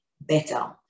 better